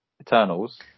Eternals